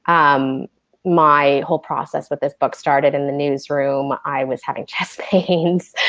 um my whole process with this book started in the newsroom. i was having chest pains.